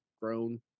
grown